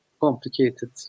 Complicated